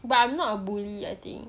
but I'm not a bully I think